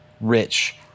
rich